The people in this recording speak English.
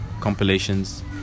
compilations